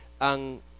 ang